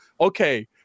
okay